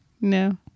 No